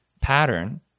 pattern